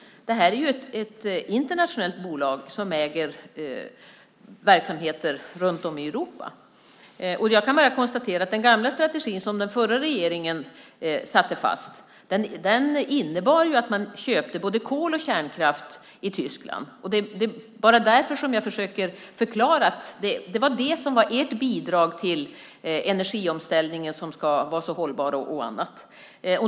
Det är ett internationellt bolag som äger verksamheter runt om i Europa. Jag kan bara konstatera att den gamla strategin som den förra regeringen satte fast innebar att man köpte både kol och kärnkraft i Tyskland. Jag försöker bara förklara att det var det som var ert bidrag till den energiomställning som ska vara så hållbar och annat.